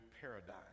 paradigm